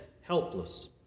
helpless